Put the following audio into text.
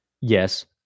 yes